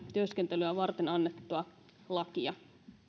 työskentelyä varten annettua lakia